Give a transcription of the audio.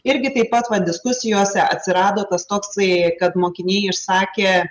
irgi taip pat va diskusijose atsirado tas toksai kad mokiniai išsakė